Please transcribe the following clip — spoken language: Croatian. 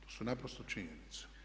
To su naprosto činjenice.